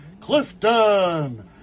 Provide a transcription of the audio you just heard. Clifton